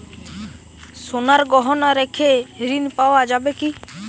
সোনার গহনা রেখে ঋণ পাওয়া যাবে কি?